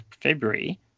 February